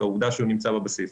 עובדה שהוא נמצא בבסיס.